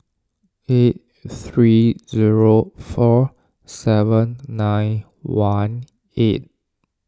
eight three zero four seven nine one eight